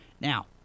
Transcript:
Now